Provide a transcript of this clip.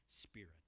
spirit